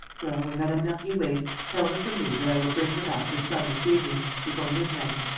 well, when madame mergy wakes, tell her from me that i will bring her back her son this evening, before midnight.